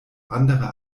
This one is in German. andere